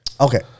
Okay